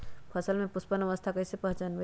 फसल में पुष्पन अवस्था कईसे पहचान बई?